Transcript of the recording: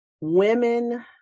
women